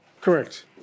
Correct